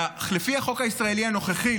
לפי החוק הישראלי הנוכחי,